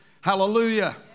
Hallelujah